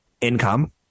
Income